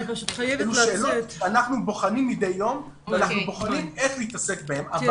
אנחנו בוחנים מדי יום ואנחנו בוחנים איך להתעסק בזה אבל